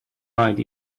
right